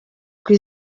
kuri